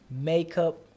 makeup